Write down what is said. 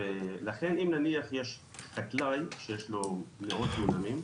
לכן אם נניח יש חקלאי שיש לו מאות דונמים,